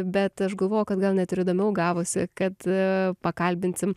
bet aš galvoju kad gal net ir įdomiau gavosi kad pakalbinsim